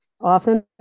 often